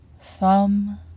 thumb